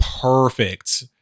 perfect